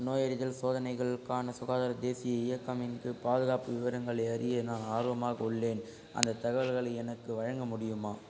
நோயறிதல் சோதனைகளுக்கான சுகாதார தேசிய இயக்கம் இன் கீழ் பாதுகாப்பு விவரங்களை அறிய நான் ஆர்வமாக உள்ளேன் அந்தத் தகவல்களை எனக்கு வழங்க முடியுமா